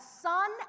son